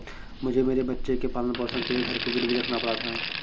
मुझे मेरे बच्चे के पालन पोषण के लिए घर को गिरवी रखना पड़ा था